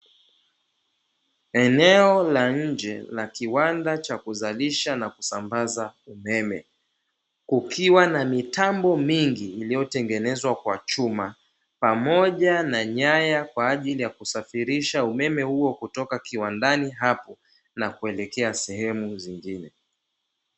Eneo la nje la kiwanda cha kuzalisha na kusambaza umeme, kukiwa na mitambo mingi iliyotengenezwa kwa chuma, pamoja na nyaya kwa ajili ya kusafirisha umeme huo kutoka kiwandani hapo na kulekea sehemu zingine.